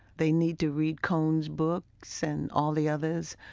they need to read cone's books and all the others.